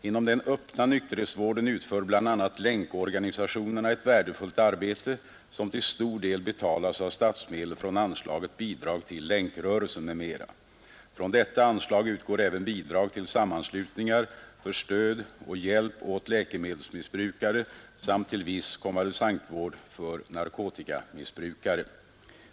Inom den öppna nykterhetsvården utför bl.a. länkorganisationerna ett värdefullt arbete, som till stor del betalas av statsmedel från anslaget Bidrag till Länkrörelsen m, m, Från detta anslag utgår även bidrag till sammanslutningar för stöd och hjälp åt läkemedelsmissbrukare samt till viss konvalescentvård för narkotikamissbrukare.